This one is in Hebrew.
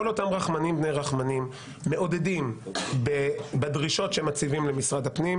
כל אותם רחמנים בני רחמנים מעודדים בדרישות שהם מציבים למשרד הפנים,